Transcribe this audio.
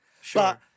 Sure